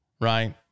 right